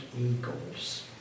eagles